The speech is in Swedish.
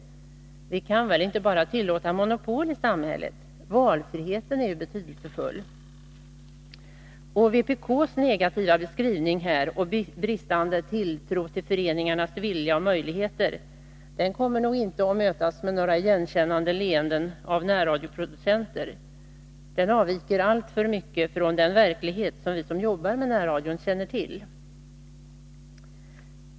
Vi kan väl inte bara tillåta monopol i samhället — valfriheten är betydelsefull. Vpk:s negativa beskrivning här och bristande tilltro till föreningarnas vilja och möjligheter kommer nog inte att mötas med några igenkännande leenden av närradioproducenterna. Den avviker alltför mycket från den verklighet som vi som jobbar med närradion känner till.